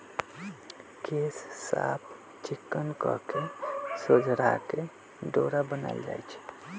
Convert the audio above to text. केश साफ़ चिक्कन कके सोझरा के डोरा बनाएल जाइ छइ